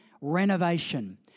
Renovation